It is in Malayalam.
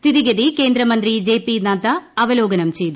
സ്ഥിതിഗതി കേന്ദ്രമന്ത്രി ജെ പി നദ്ദ അവലോകുനം ചെയ്തു